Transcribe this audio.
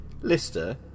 Lister